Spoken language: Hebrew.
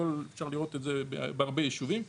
אפשר לראות את זה בהרבה יישובים,